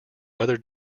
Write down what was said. other